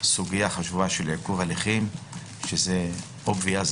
סוגיה חשובה של עיכוב הליכים שזה ברור גם